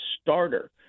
starter